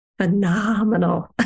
phenomenal